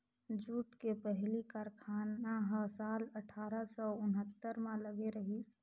jute के पहिली कारखाना ह साल अठारा सौ उन्हत्तर म लगे रहिस